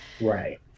right